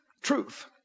Truth